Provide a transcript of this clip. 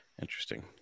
Interesting